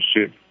ship